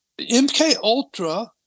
MKUltra